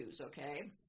okay